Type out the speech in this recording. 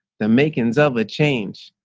the makings of a change,